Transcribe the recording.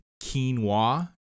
Quinoa